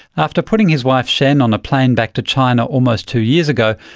after putting his wife shen on a plane back to china almost two years ago,